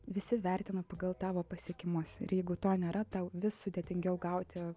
visi vertina pagal tavo pasiekimus ir jeigu to nėra tau vis sudėtingiau gauti